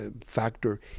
factor